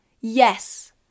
yes